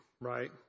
right